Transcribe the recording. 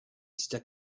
stuck